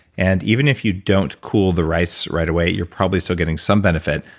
and even if you don't cool the rice right away, you're probably still getting some benefit.